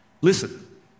Listen